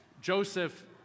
Joseph